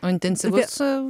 o intensyvus